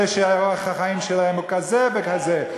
אלה שאורח החיים שלהם הוא כזה וכזה.